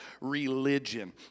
religion